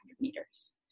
meters